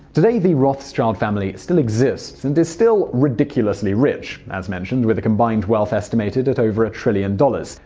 today, the rothschild family still exists and is still ridiculously rich as mentioned with a combined wealth estimated at over a trillion dollars,